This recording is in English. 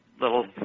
little